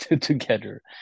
together